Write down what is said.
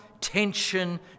tension